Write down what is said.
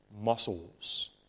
muscles